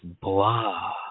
blah